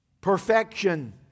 perfection